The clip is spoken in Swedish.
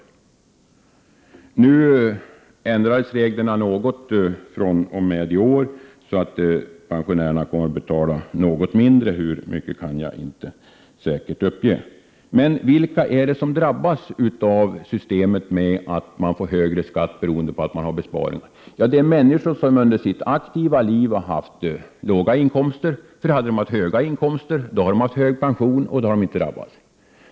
Reglerna ändrades något fr.o.m. i år så, att pensionärer kommer att betala något mindre i skatt, hur mycket kan jag inte säkert uppge. Men vilka är det som drabbas av systemet att man får högre skatter därför att man har besparingar? Jo, det är människor som under sitt aktiva liv haft låga inkomster. Hade de haft höga inkomster, hade de haft hög pension och då inte drabbats.